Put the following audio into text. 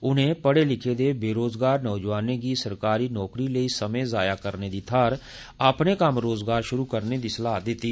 उन्नें पढ़ें लिखे दे बेरोजगार नोजवानें गी सरकारी नौकरी लेई समें जाया करने दी थाहर अपने कम्म रोजगार श्रु करने दी सलाह दिती